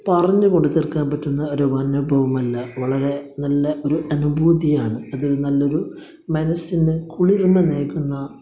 പറഞ്ഞു കൊണ്ട് തീര്ക്കാന് പറ്റുന്ന ഒരു അനുഭവമല്ല വളരെ നല്ല ഒരു അനുഭൂതിയാണ് അത് നല്ലൊരു മനസ്സിന് കുളിർമ നൽകുന്ന